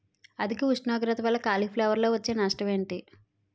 అధిక ఉష్ణోగ్రత వల్ల కాలీఫ్లవర్ వచ్చే నష్టం ఏంటి?